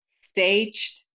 staged